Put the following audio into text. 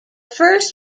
first